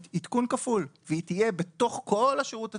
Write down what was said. עדכון כפול והיא תהיה בתוך כל השירות הציבורי,